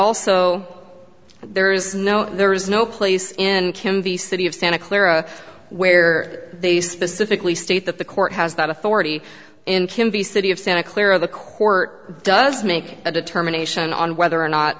also there is no there is no place in kim the city of santa clara where they specifically state that the court has that authority in kim the city of santa clara the court does make a determination on whether or not